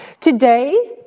Today